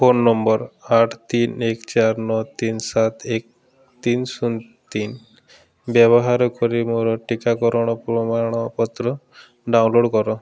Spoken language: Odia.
ଫୋନ୍ ନମ୍ବର୍ ଆଠ ତିନି ଏକ ଚାରି ନଅ ତିନି ସାତ ଏକ ତିନି ଶୂନ ତିନି ବ୍ୟବହାର କରି ମୋର ଟିକାକରଣ ପ୍ରମାଣପତ୍ର ଡାଉନଲୋଡ଼୍ କର